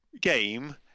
Game